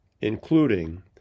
including